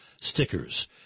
stickers